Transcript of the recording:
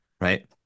right